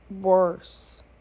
worse